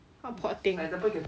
what pot thing